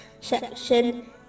section